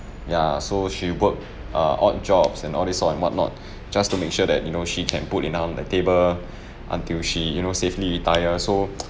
ya so she worked uh odd jobs and all this sort and whatnot just to make sure that you know she can put enough on the table until she you know safely retire so